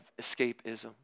escapism